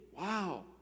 Wow